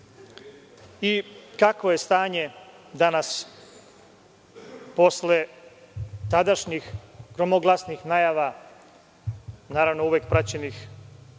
i kakvo je stanje danas posle tadašnjih gromoglasnih najava, naravno uvek praćenih